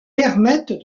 permettent